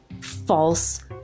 false